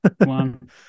One